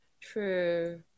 True